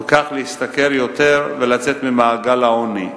ובכך להשתכר יותר ולצאת ממעגל העוני.